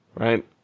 Right